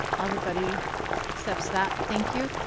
everybody accepts that. thank you.